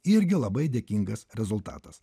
irgi labai dėkingas rezultatas